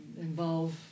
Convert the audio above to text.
involve